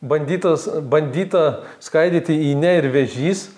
bandytos bandyta skaidyti į ne ir vėžys